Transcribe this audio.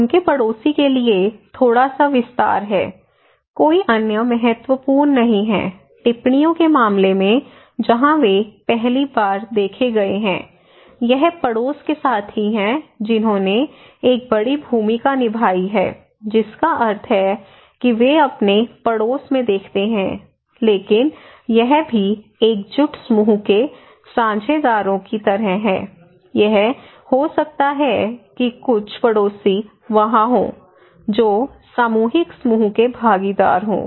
उनके पड़ोसी के लिए थोड़ा सा विस्तार है कोई अन्य महत्वपूर्ण नहीं है टिप्पणियों के मामले में जहां वे पहली बार देखे गए हैं यह पड़ोस के साथी हैं जिन्होंने एक बड़ी भूमिका निभाई है जिसका अर्थ है कि वे अपने पड़ोस में देखते हैं लेकिन यह भी एकजुट समूह के साझेदारों की तरह है यह हो सकता है कि कुछ पड़ोसी वहां हों जो सामूहिक समूह के भागीदार हों